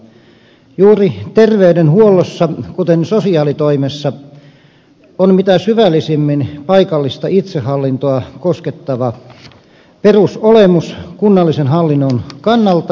juuri terveydenhuollossa kuten sosiaalitoimessa on mitä syvällisimmin paikallista itsehallintoa koskettava perusolemus kunnallisen hallinnon kannalta